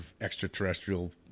extraterrestrial